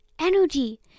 energy